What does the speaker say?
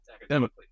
academically